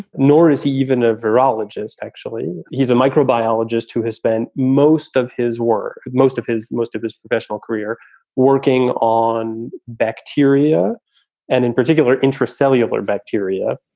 nor is he even a virologist, actually. he's a microbiologist who has spent most of his work, most of his most of his professional career working on bacteria and in particular intracellular bacteria,